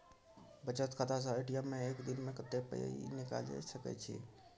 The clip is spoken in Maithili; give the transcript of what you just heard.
बचत खाता स ए.टी.एम से एक दिन में कत्ते पाई निकासी के सके छि?